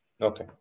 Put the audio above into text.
okay